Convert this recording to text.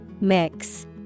Mix